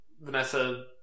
Vanessa